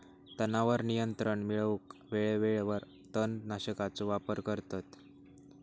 तणावर नियंत्रण मिळवूक वेळेवेळेवर तण नाशकांचो वापर करतत